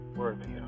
worthy